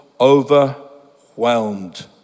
overwhelmed